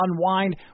unwind